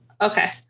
okay